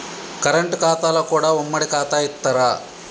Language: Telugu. కరెంట్ ఖాతాలో కూడా ఉమ్మడి ఖాతా ఇత్తరా?